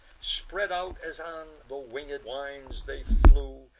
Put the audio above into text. spread out, as on the winged winds, they flew,